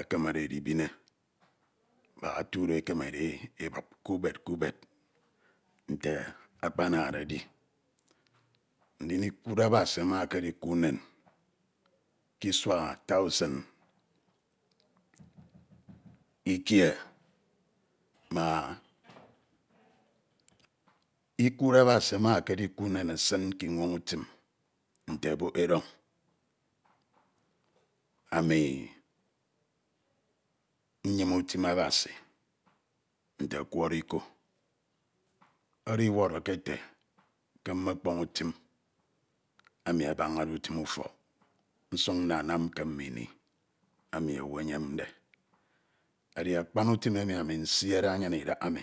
ekemede ndibine, mbak etudo ekeme ndibup ke ubed k´ubed nte akpanede edi. Ndin ikuud Abasi anu ekedi kuud nin ke isua thousand ikie ma, ikuud Abasi ama ekedi esin ke imooñ utim nte obok erọn ami nyime utim Abasi nte okworo iko, oro íwọrọke ete ke mekan utim emi abañade utim ufọk nsuk nnenam ke mne ini emi owu eyemde edi akpan utim emu ami nsiede anyin ami.